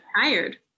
tired